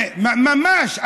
ממש.